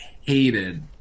hated